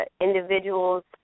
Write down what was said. Individuals